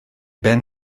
ben